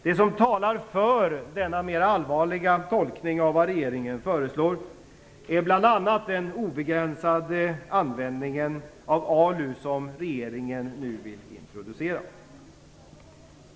Det som talar för denna mer allvarliga tolkning av vad regeringen föreslår är bl.a. den obegränsade användning av ALU som regeringen nu vill introducera.